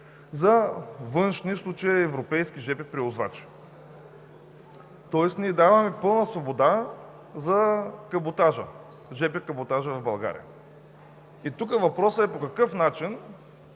за външни, в случая европейски жп превозвачи. Тоест ние даваме пълна свобода за жп каботажа в България. Тук въпросът е по какъв начин